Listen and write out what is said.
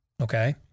Okay